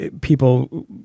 people